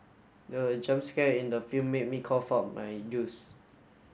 the jump scare in the film made me cough out my juice